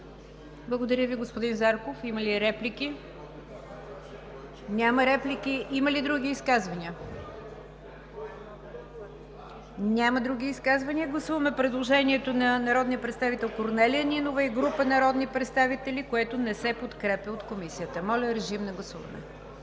Благодаря Ви, господин Зарков. Има ли реплики? Няма желаещи за реплики. Има ли други изказвания? Няма. Гласуваме предложението на народния представител Корнелия Нинова и група народни представители, което не се подкрепя от Комисията. Гласували